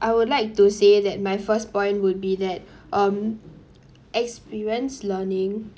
I would like to say that my first point would be that um experience learning